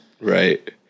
Right